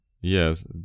yes